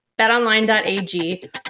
BetOnline.ag